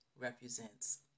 represents